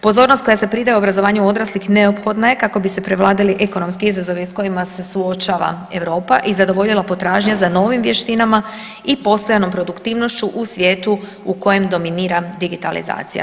Pozornost koja se pridaje obrazovanju odraslih neophodna je kako bi se prevladali ekonomski izazovi s kojima se suočava Europa i zadovoljila potražnja za novim vještinama i postojanom produktivnošću u svijetu u kojem dominira digitalizacija.